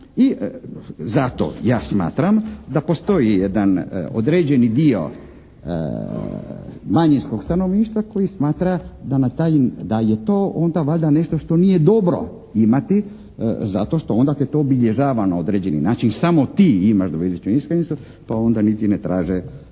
i zato ja smatram da postoji jedan određeni dio manjinskog stanovništva koji smatra da je to onda valjda nešto što nije dobro imati zato što onda te to obilježava na određeni način, samo ti imaš dvojezičnu iskaznicu pa onda niti ne traže takve